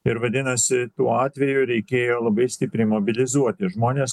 ir vadinasi tuo atveju reikėjo labai stipriai mobilizuoti žmones